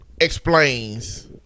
explains